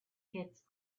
kitts